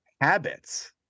habits